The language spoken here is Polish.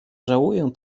żałuję